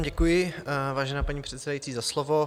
Děkuji vám, vážená paní předsedající, za slovo.